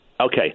Okay